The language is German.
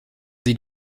sie